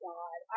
God